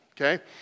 okay